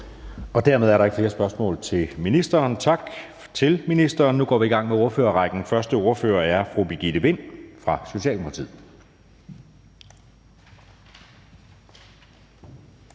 Dermed er der ikke flere spørgsmål til ministeren. Tak til ministeren. Nu går vi i gang med ordførerrækken. Første ordfører er fru Birgitte Vind fra Socialdemokratiet.